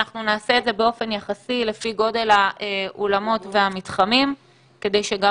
הם יעשו את זה לפי גודל האולמות והמתחמים כדי שגם